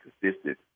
consistent